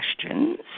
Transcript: questions